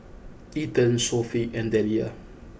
Ethan Sophie and Delia